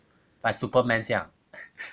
like superman 这样